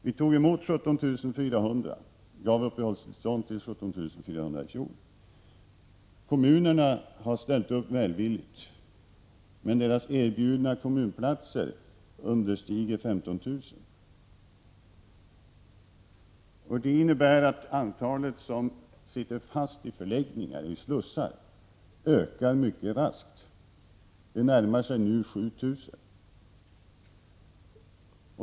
Vi gav ii fjol uppehållstillstånd till 17 400. Kommunerna har ställt upp välvilligt. Men det antal platser som kommunerna erbjuder understiger 15 000. Det innebär att antalet personer som sitter fast i förläggningar, i slussar, ökar mycket raskt. Det närmar sig nu 7 000.